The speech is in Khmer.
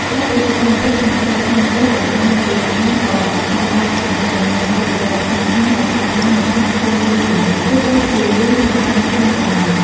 ក្រៅពីសកម្មភាពខាងក្រៅ ថាមពលដែលបានមកពីអាហារក៏ចាំបាច់សម្រាប់ដំណើរការជីវិតដ៏ស្មុគស្មាញដែលកើតឡើងនៅក្នុងខ្លួនយើងជានិច្ច ទោះបីជាយើងមិនបានដឹងខ្លួនក៏ដោយ។